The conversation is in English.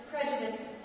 prejudice